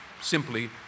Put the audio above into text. simply